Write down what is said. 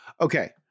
Okay